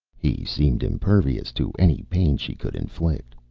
he seemed impervious to any pain she could indict.